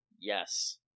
yes